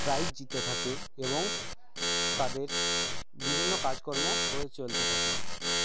prize জিতে থাকে এবং তাদের বিভিন্ন কাজকর্ম হয়ে চলতে থাকে